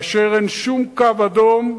ואין שום קו אדום,